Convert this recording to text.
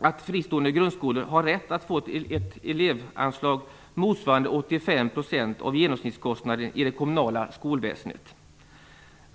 att fristående grundskolor har rätt att få ett elevanslag motsvarande 85 % av genomsnittskostnaden i det kommunala skolväsendet.